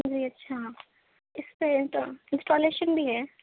جی اچھا اِس پہ تو انسٹالیشن بھی ہے